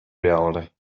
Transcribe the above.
reality